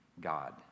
God